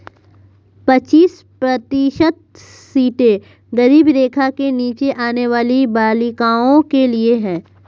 पच्चीस प्रतिशत सीटें गरीबी रेखा के नीचे आने वाली बालिकाओं के लिए है